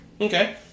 Okay